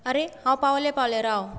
आरे हांव पावलें पावलें राव